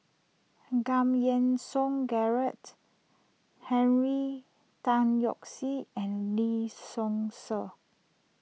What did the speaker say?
Giam Yean Song Gerald Henry Tan Yoke See and Lee Seow Ser